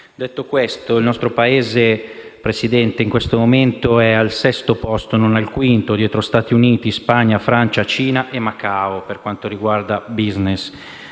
Detto ciò, il nostro Paese in questo momento è al sesto posto, non al quinto, dietro Stati Uniti, Spagna, Francia, Cina e Macao, per quanto riguarda il *business*.